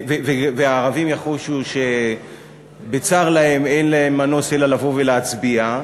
והערבים יחושו שבצר להם אין להם מנוס מלבוא ולהצביע,